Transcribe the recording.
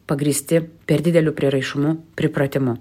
pagrįsti per dideliu prieraišumu pripratimu